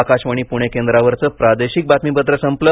आकाशवाणी पुणे केंद्रावरचं प्रादेशिक बातमीपत्र संपलं